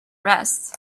rest